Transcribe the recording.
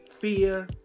fear